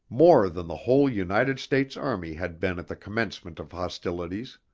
more than the whole united states army had been at the commencement of hostilities.